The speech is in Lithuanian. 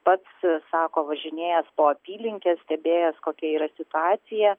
pats sako važinėjęs po apylinkes stebėjęs kokia yra situacija